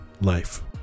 life